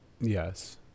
Yes